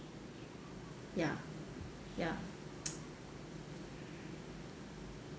ya ya